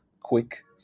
Quick